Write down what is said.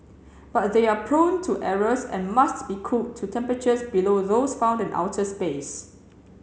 but they are prone to errors and must be cooled to temperatures below those found in outer space